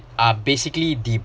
are basically the